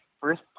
first